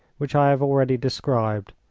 which i have already described,